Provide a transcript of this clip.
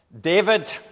David